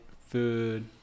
food